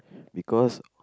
because